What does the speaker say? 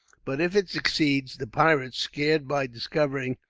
but if it succeeds the pirates, scared by discovering,